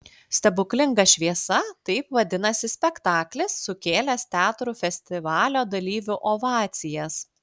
stebuklinga šviesa taip vadinasi spektaklis sukėlęs teatrų festivalio dalyvių ovacijas